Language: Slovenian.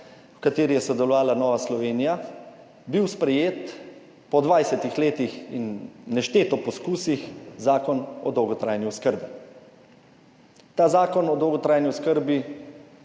v kateri je sodelovala Nova Slovenija, bil sprejet po 20 letih in nešteto poskusih Zakon o dolgotrajni oskrbi. Ta Zakon o dolgotrajni oskrbi